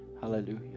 Hallelujah